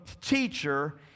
teacher